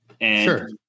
Sure